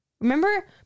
Remember